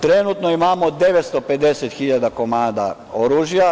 Trenutno imamo 950.000 komada oružja.